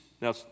Now